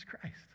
Christ